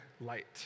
light